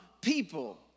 people